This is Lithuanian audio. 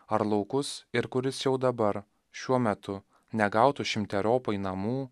ar laukus ir kuris jau dabar šiuo metu negautų šimteriopai namų